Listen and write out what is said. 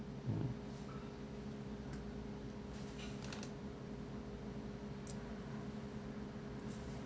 mm